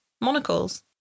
Monocles